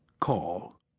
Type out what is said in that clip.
call